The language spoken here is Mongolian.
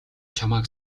чамайг